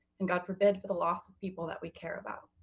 and god forbid, for the loss of people that we care about.